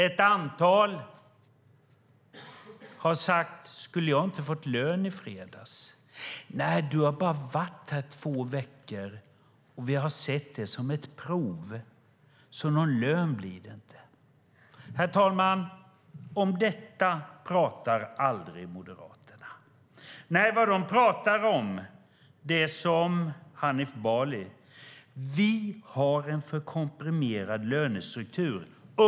Ett antal har sagt: Skulle jag inte ha fått lön i fredags? Svaret har blivit: Nej du har bara varit här i två veckor, och vi har sett det som ett prov. Någon lön blir det inte. Herr talman! Om detta talar aldrig Moderaterna. Nej, vad de talar om - till exempel Hanif Bali - är att vi har en för komprimerad lönestruktur.